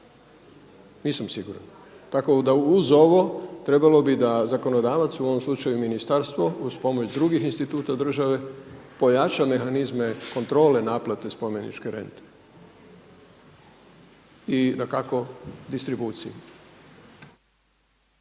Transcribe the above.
Nisam siguran. Tako da uz ovo trebalo bi da zakonodavac u ovom slučaju ministarstvo uz pomoć drugih instituta države pojača mehanizme kontrole naplate spomeničke rente i dakako distribucije.